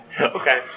Okay